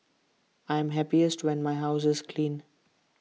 I am happiest when my house is clean